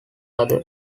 other